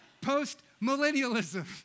Post-millennialism